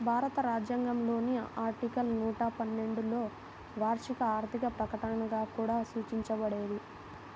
భారత రాజ్యాంగంలోని ఆర్టికల్ నూట పన్నెండులోవార్షిక ఆర్థిక ప్రకటనగా కూడా సూచించబడేది